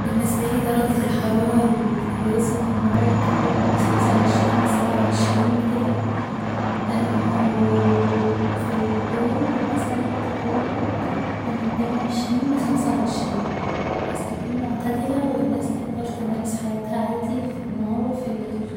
بالنسبالي درجة الحرارة الكويسة في النهار تكون من خمسة و عشرين لسبعة و عشرين كده و ال و في الليل مثلا تكون من اتنين و عشرين لخمسة و عشرين بحيث تكون معتدلة و الناس تقدر تمارس حياتها عادي في النهار و في الليل